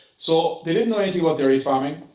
so they didn't know anything about dairy farming,